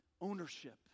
ownership